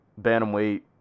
bantamweight